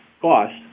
cost